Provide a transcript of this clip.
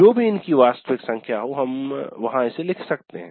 जो भी इनकी वास्तविक संख्या हो हम वहां इसे लिख सकते हैं